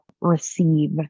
receive